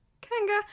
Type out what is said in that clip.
Kanga